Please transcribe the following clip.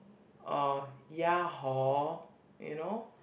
or ya hor you know